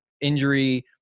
injury